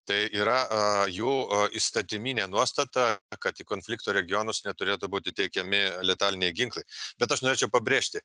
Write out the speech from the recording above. tai yra a jų a įstatyminė nuostata kad į konflikto regionus neturėtų būti tiekiami letaliniai ginklai bet aš norėčiau pabrėžti